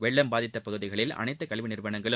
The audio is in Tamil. வெள்ளம் பாதித்த பகுதிகளில் அனைத்து கல்வி நிறுவனங்களும்